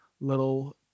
little